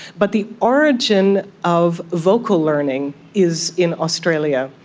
but the origin of vocal learning is in australia.